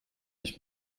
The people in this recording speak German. ich